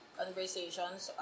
conversations